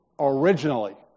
originally